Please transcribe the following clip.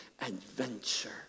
adventure